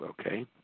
Okay